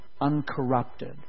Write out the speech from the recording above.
uncorrupted